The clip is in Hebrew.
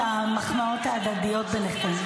את המחמאות ההדדיות ביניכם.